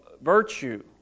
virtue